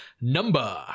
number